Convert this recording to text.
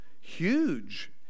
huge